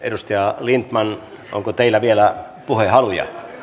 edustaja lindtman onko teillä vielä puhehaluja